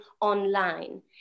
online